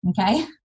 okay